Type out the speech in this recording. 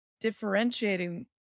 differentiating